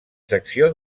secció